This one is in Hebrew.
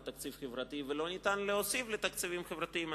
תקציב חברתי ולא ניתן להוסיף לתקציבים חברתיים.